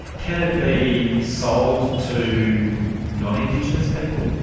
can it be sold to non-indigenous people?